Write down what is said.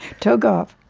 took off.